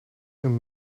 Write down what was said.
een